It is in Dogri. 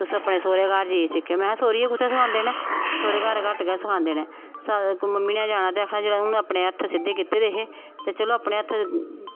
अपने सोहरियें घर जाइयै सिक्खेआं में हें सोहरियै कुत्थें सखांदे न सोह्रे घट्ट गै सखांदे न मम्मी नै जाना ते आखना अपने हत्थ सिद्धे कीते दे हे ते चलो अपने हत्थें